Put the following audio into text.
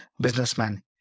businessman